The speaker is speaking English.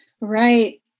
Right